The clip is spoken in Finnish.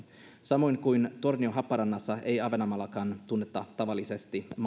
samoin kuin tornio haaparannassa ei ahvenanmaallakaan tunneta tavallisesti